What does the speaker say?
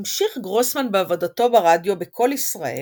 המשיך גרוסמן בעבודתו ברדיו ב"קול ישראל"